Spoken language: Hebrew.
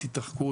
תתרחקו,